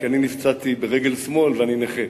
כי אני נפצעתי ברגל שמאל ואני נכה,